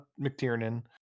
McTiernan